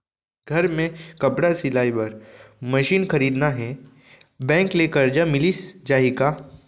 घर मे कपड़ा सिलाई बार मशीन खरीदना हे बैंक ले करजा मिलिस जाही का?